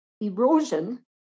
erosion